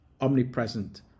omnipresent